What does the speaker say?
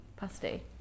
pasty